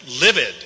livid